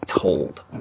told